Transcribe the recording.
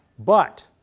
but,